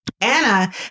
Anna